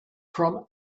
from